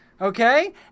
okay